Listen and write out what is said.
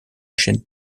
chaîne